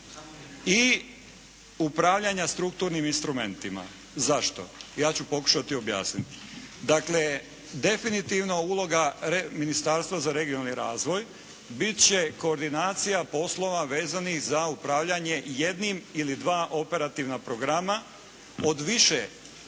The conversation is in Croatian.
i upravljanja strukturnim instrumentima. Zašto? Ja ću pokušati objasniti. Dakle definitivno uloga Ministarstva za regionalni razvoj bit će koordinacija poslova vezanih za upravljanje jednim ili dva operativna programa od više vezanih